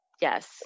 Yes